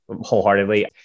wholeheartedly